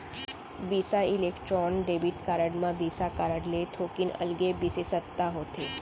बिसा Electron debit card म Visa card ले थोकिन अलगे बिसेसता होथे